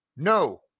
No